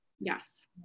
Yes